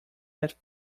that